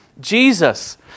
Jesus